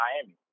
Miami